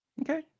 Okay